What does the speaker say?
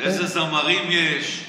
איזה זמרים יש.